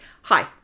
hi